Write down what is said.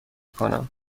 کنم